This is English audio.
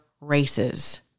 races